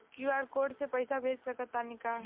QR code से पईसा भेज सक तानी का?